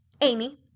Amy